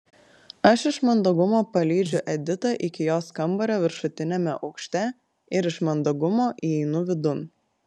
aš iš mandagumo palydžiu editą iki jos kambario viršutiniame aukšte ir iš mandagumo įeinu vidun